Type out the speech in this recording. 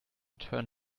turn